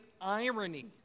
irony